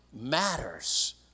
matters